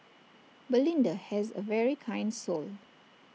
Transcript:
belinda has A very kind soul